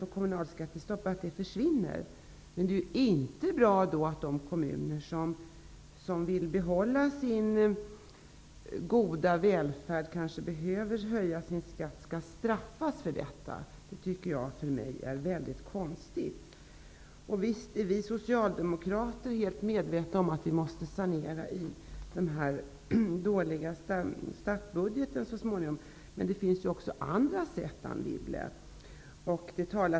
Jag tycker också att det är bra att det försvinner, men det är ju inte bra att de kommuner som vill behålla sin goda välfärd och kanske behöver höja sin skatt skall straffas för det. Det är väldigt konstigt. Visst är vi socialdemokrater fullt medvetna om att vi så småningom måste sanera den dåliga statsbudgeten, men det finns ju också andra sätt, Anne Wibble.